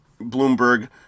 Bloomberg